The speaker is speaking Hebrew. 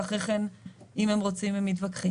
ואחרי כן אם הם רוצים הם מתווכחים.